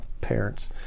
parents